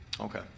Okay